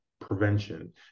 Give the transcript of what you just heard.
prevention